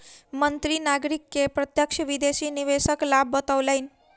मंत्री नागरिक के प्रत्यक्ष विदेशी निवेशक लाभ बतौलैन